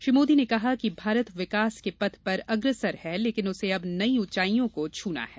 श्री मोदी ने कहा कि भारत विकास के पथ पर अग्रसर है लेकिन उसे अब नई उंचाईयों को छूना है